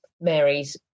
Mary's